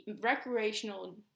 Recreational